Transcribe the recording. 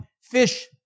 Fish